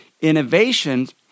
Innovations